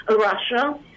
Russia